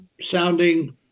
sounding